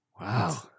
Wow